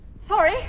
Sorry